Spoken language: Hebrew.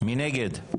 מי נגד?